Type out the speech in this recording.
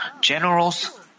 generals